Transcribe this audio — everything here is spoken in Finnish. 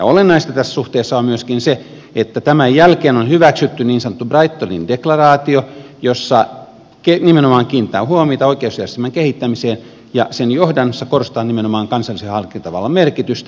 olennaista tässä suhteessa on myöskin se että tämän jälkeen on hyväksytty niin sanottu brightonin deklaraatio jossa nimenomaan kiinnitetään huomiota oikeusjärjestelmän kehittämiseen ja sen johdannossa korostetaan nimenomaan kansallisen harkintavallan merkitystä